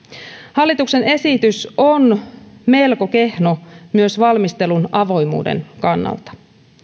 hallituksen esitys on melko kehno myös valmistelun avoimuuden kannalta